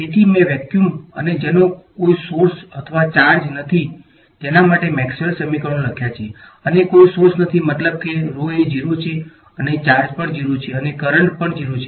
તેથી મેં વેક્યુમ નથી તેના માટે મેક્સવેલના સમીકરણો લખ્યા છે અને કોઈ સોર્સ નથી મતલબ કે એ 0 છે અને ચાર્જ પણ 0 છે અને કરંટ પણ 0 છે